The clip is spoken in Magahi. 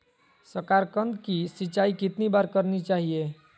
साकारकंद की सिंचाई कितनी बार करनी चाहिए?